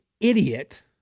idiot